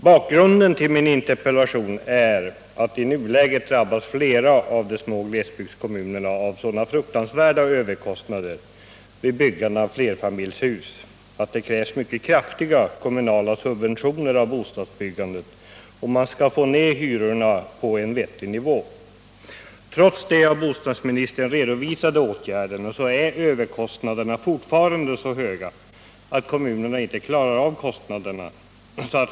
Bakgrunden till min interpellation är att flera av de små glesbygdskommunerna i nuläget drabbas av så fruktansvärda överkostnader vid byggandet av flerfamiljshus att det krävs mycket kraftiga kommunala subventioner av bostadsbyggandet, om man skall få ner hyrorna på en vettig nivå. Trots de av bostadsministern redovisade åtgärderna är överkostnaderna fortfarande så höga att kommunerna inte klarar av dem.